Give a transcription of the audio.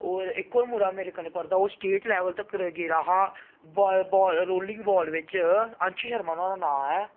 होर इक होर मुड़ा मेरे कन्ने पढ़दा ओह् स्टेट लैवल तक्कर गेदा हा रोलिंग बॉल बिच्च अंश शर्मा नोहाड़ा नांऽ ऐ